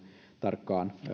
tarkkaan